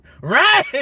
Right